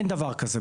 אין דבר כזה.